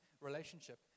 relationship